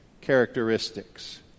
characteristics